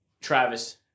Travis